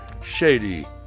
shady